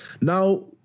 Now